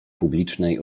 publicznej